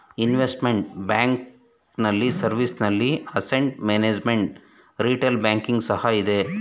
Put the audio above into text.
investment banking ನಲ್ಲಿ service ನಲ್ಲಿ asset management, retail banking ಸಹ ಇದೆ